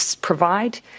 provide